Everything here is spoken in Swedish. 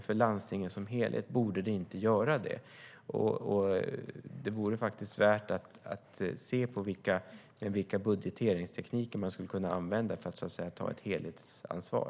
För landstingen som helhet borde de inte göra det, och det vore faktiskt värt att titta på vilka budgeteringstekniker man skulle kunna använda för att ta ett helhetsansvar.